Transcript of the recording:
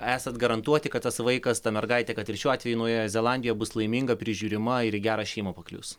esat garantuoti kad tas vaikas ta mergaitė kad ir šiuo atveju naujojoj zelandijoj bus laiminga prižiūrima ir į gerą šeimą paklius